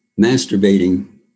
masturbating